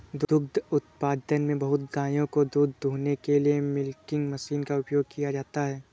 दुग्ध उत्पादन में बहुत गायों का दूध दूहने के लिए मिल्किंग मशीन का उपयोग किया जाता है